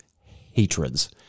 hatreds